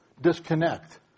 disconnect